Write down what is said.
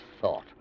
thought